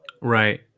Right